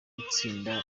itsinda